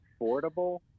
affordable